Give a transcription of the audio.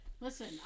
Listen